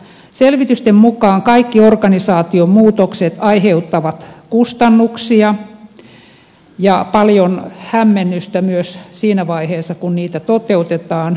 selvitysten mukaan kaikki organisaatiomuutokset aiheuttavat kustannuksia ja paljon hämmennystä myös siinä vaiheessa kun niitä toteutetaan